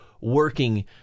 working